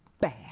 bad